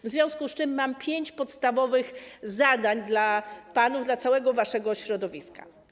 W związku z tym mam pięć podstawowych zadań dla panów, dla całego waszego środowiska.